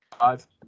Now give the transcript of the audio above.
Five